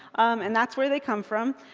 and that's where they come from.